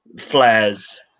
flares